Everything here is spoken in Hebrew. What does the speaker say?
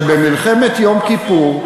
שבמלחמת יום כיפור,